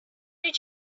did